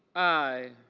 i.